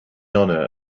honor